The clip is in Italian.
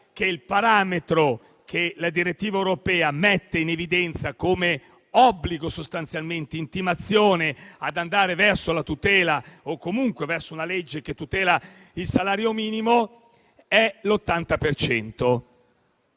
che il parametro che la direttiva europea mette in evidenza come obbligo, intimazione ad andare verso la tutela o comunque verso una legge che tutela il salario minimo è che